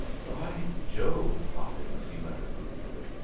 by jove, hawkins, he muttered ruefully.